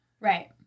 right